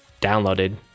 downloaded